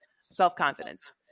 self-confidence